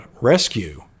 rescue